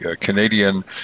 Canadian